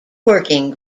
working